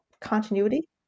continuity